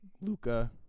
Luca